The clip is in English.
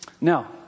now